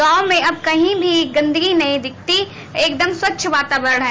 गांव में अब कहीं भी गन्दगी नहीं मिलती है एक दम स्वच्छ वातावरण है